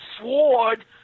Sword